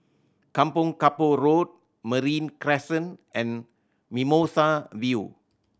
Kampong Kapor Road Marine Crescent and Mimosa View